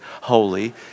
holy